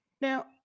Now